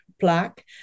black